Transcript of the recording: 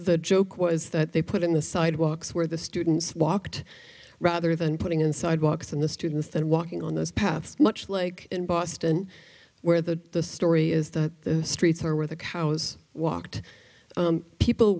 the joke was that they put in the sidewalks where the students walked rather than putting in sidewalks and the students then walking on those paths much like in boston where the the story is that the streets are where the cows walked people